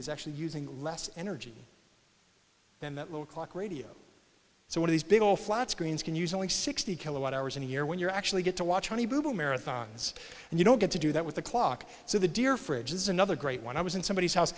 is actually using less energy than that little clock radio so what these people flat screens can use only sixty kilowatt hours in a year when you're actually get to watch honey boo boo marathons and you don't get to do that with the clock so the dear fridge is another great when i was in somebody's house